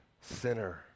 sinner